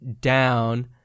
down